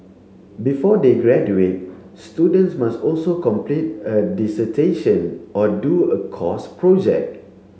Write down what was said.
before they graduate students must also complete a dissertation or do a course project